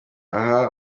aha